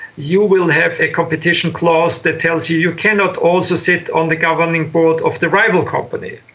you will have a competition clause that tells you you cannot also sit on the governing board of the rival company.